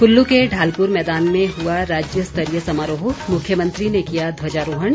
कुल्लू के ढालपुर मैदान में हुआ राज्य स्तरीय समारोह मुख्यमंत्री ने किया ध्वजारोहण